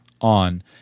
on